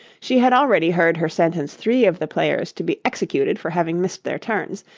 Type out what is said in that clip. she had already heard her sentence three of the players to be executed for having missed their turns,